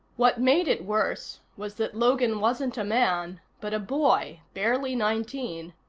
what made it worse was that logan wasn't a man, but a boy, barely nineteen.